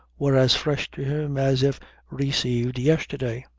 were as fresh to him as if received yesterday.